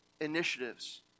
initiatives